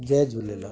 ऐं जय झूलेलाल